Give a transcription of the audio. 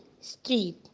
street